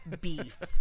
beef